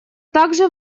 также